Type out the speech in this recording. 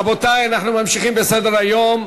רבותי, אנחנו ממשיכים בסדר-היום.